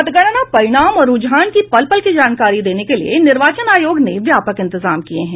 मतगणना परिणाम और रुझान की पल पल की जानकारी देने के लिए निर्वाचन आयोग ने व्यापक इंतजाम किये हैं